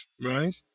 right